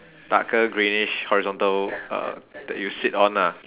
darker greenish horizontal uh that you sit on ah